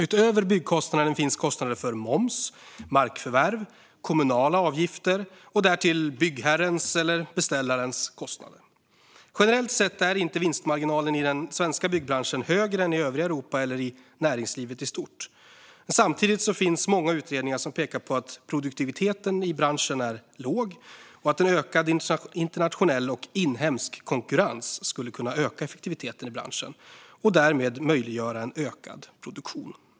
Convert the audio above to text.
Utöver byggkostnaden finns kostnader för moms, markförvärv, kommunala avgifter och därtill byggherrens eller beställarens kostnader. Generellt sett är inte vinstmarginalerna i den svenska byggbranschen högre än i övriga Europa eller i näringslivet i stort. Samtidigt finns många utredningar som pekar på att produktiviteten i branschen är låg och att en ökad internationell och inhemsk konkurrens skulle kunna öka effektiviteten i branschen och därmed möjliggöra en ökad produktion.